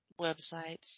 websites